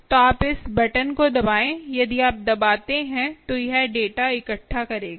तो आप बस इस बटन को दबाएं यदि आप दबाते हैं तो यह डेटा इकट्ठा करेगा